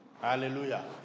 Hallelujah